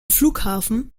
flughafen